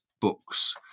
books